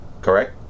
correct